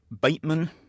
Bateman